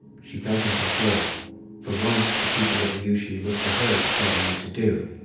she felt in control for once, the people of ryushi looked to her to tell them what to do.